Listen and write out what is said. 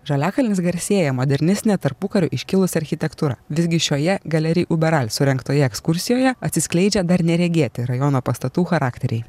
žaliakalnis garsėja modernistine tarpukariu iškilusia architektūra visgi šioje galery uberal surengtoje ekskursijoje atsiskleidžia dar neregėti rajono pastatų charakteriai